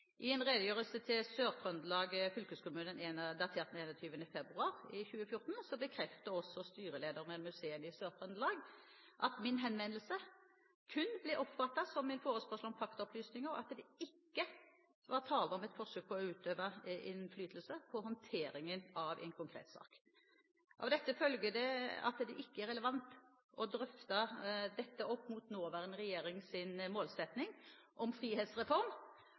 I en redegjørelse til Sør-Trøndelag fylkeskommune datert 21. februar 2014 bekrefter også styrelederen ved Museene i Sør-Trøndelag at min henvendelse kun ble oppfattet som en forespørsel om faktaopplysninger, og at det ikke var tale om et forsøk på å utøve innflytelse på håndteringen av en konkret sak. Av dette følger det at det ikke er relevant å drøfte dette opp mot nåværende regjerings målsetting om frihetsreform